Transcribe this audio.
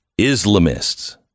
Islamists